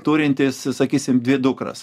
turintis sakysim dvi dukras